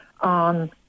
on